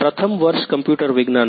પ્રથમ વર્ષ કમ્પ્યુટર વિજ્ઞાન